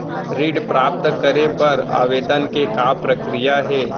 ऋण प्राप्त करे बर आवेदन के का प्रक्रिया हे?